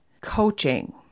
coaching